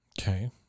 Okay